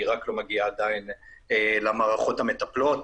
היא רק לא מגיעה עדיין למערכות המטפלות